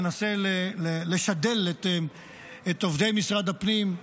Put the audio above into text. אני מנסה לשדל את עובדי משרד הפנים,